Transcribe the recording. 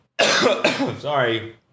Sorry